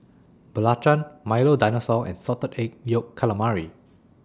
Belacan Milo Dinosaur and Salted Egg Yolk Calamari